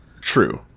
True